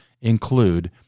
include